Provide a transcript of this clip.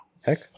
Heck